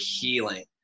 healing